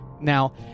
Now